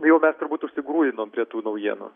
jau mes turbūt užsigrūdinom prie tų naujienų